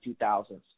2000s